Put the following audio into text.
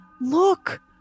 Look